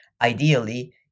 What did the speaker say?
ideally